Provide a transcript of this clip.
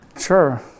Sure